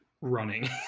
running